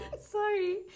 Sorry